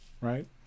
right